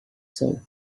said